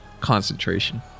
concentration